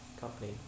company